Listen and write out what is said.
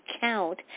count